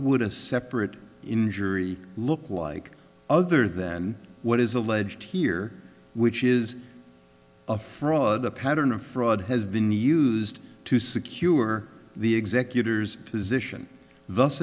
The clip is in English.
would a separate injury look like other than what is alleged here which is a fraud a pattern of fraud has been used to secure the it seculars position